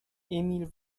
emil